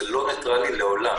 זה לא ניטראלי לעולם.